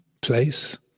place